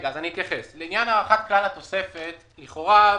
אני אתייחס: לעניין הארכת כלל התוספת לכאורה,